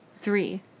three